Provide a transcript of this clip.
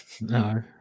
No